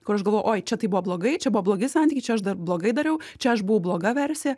kur aš galvojau oi čia tai buvo blogai čia buvo blogi santykiai čia aš dar blogai dariau čia aš buvau bloga versija